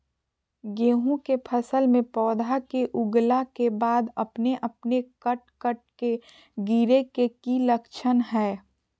गेहूं के फसल में पौधा के उगला के बाद अपने अपने कट कट के गिरे के की लक्षण हय?